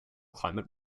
climate